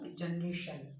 generation